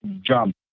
jump